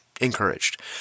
encouraged